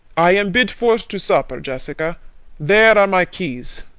i am bid forth to supper, jessica there are my keys.